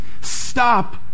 Stop